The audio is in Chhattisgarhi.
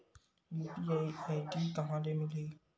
यू.पी.आई आई.डी कहां ले मिलही?